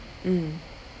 mm